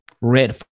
red